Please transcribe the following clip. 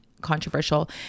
controversial